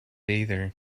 either